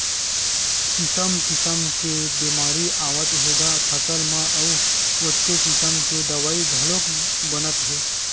किसम किसम के बेमारी आवत हे ग फसल म अउ ओतके किसम के दवई घलोक बनत हे